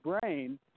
brain